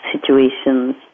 situations